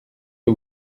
que